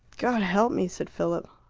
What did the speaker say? god help me! said philip.